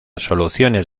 soluciones